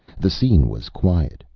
the scene was quiet,